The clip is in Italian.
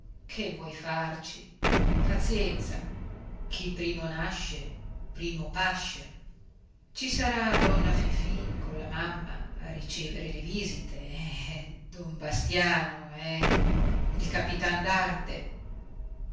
che vuoi farci pazienza chi primo nasce primo pasce ci sarà donna fifì colla mamma a ricevere le visite eh don bastiano eh il capitan